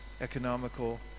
economical